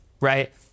right